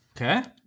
okay